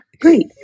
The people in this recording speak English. Great